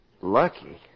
Lucky